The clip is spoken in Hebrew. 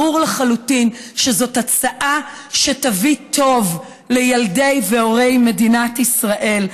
ברור לחלוטין שזאת הצעה שתביא טוב לילדי והורי מדינת ישראל.